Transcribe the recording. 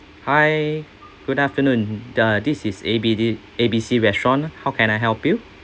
hi good afternoon uh this is A B D A B C restaurant how can I help you